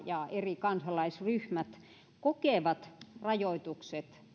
ja eri kansalaisryhmät kokevat rajoitukset